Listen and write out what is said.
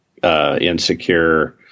Insecure